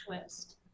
twist